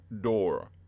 door